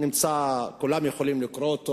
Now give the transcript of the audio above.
כולם יכולים לקרוא אותו,